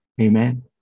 Amen